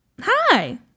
Hi